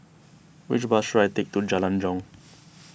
which bus should I take to Jalan Jong